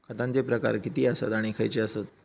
खतांचे प्रकार किती आसत आणि खैचे आसत?